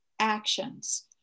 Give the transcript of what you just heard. actions